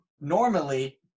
normally